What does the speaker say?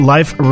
Life